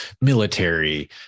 military